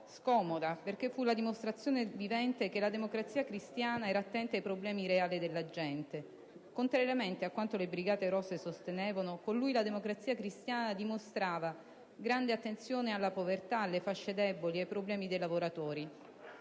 scomoda perché fu la dimostrazione vivente che la Democrazia cristiana era attenta ai problemi reali della gente. Contrariamente a quanto le Brigate rosse sostenevano, con lui la Democrazia cristiana dimostrava grande attenzione alla povertà, alle fasce deboli, ai problemi dei lavoratori.